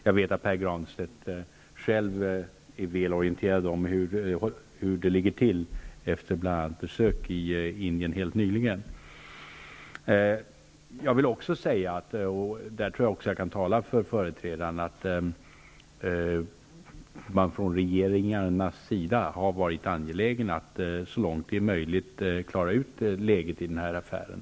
Jag vet att Pär Granstedt själv är väl orienterad om hur det ligger till, bl.a. efter sitt besök helt nyligen i Indien. Jag vill också säga -- jag tror att jag i detta fall kan tala även för mina företrä dare -- att man från regeringarnas sida har varit angelägna om att så långt det är möjligt klara läget i den här affären.